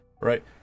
right